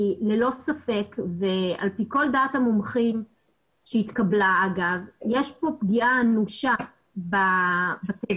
ללא ספק ועל פי דעת כל המומחים שהתקבלה יש כאן פגיעה אנושה בטבע